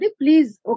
please